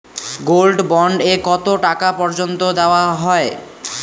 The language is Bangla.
গোল্ড বন্ড এ কতো টাকা পর্যন্ত দেওয়া হয়?